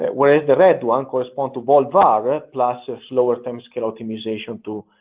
whereas the red one corresponds to volt var plus a slower timescale optimization to